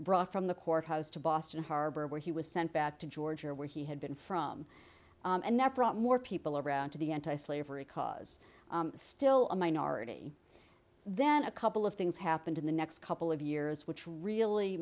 brought from the courthouse to boston harbor where he was sent back to georgia where he had been from and that brought more people around to the anti slavery cause still a minority then a couple of things happened in the next couple of years which really